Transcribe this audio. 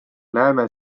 näeme